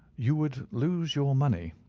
you would lose your money,